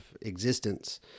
existence